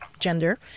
gender